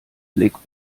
blick